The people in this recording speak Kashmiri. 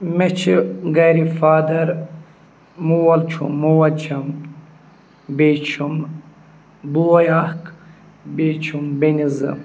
مےٚ چھِ گَرِ فادَر مول چھُم موج چھم بیٚیہِ چھُم بوے اَکھ بیٚیہِ چھُم بیٚنہِ زٕ